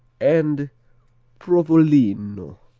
and provolino